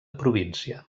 província